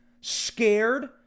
scared